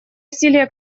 усилия